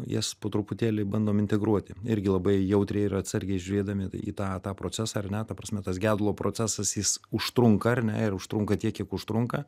jas po truputėlį bandom integruoti irgi labai jautriai ir atsargiai žiūrėdami į tą tą procesą ar ne ta prasme tas gedulo procesas jis užtrunka ar ne ir užtrunka tiek kiek užtrunka